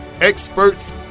experts